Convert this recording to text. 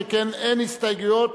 שכן אין הסתייגויות.